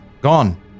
Gone